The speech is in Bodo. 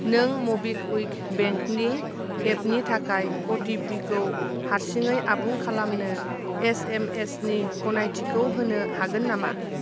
नों मबिकुइक बेंकनि एपनि थाखाय अ टि पि खौ हारसिङै आबुं खालामनो एस एम एस नि गनायथिखौ होनो हागोन नामा